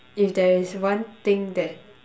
if there is one thing that